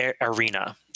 arena